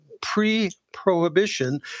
pre-prohibition